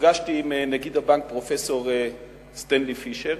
נפגשתי עם נציג הבנק, פרופסור סטנלי פישר,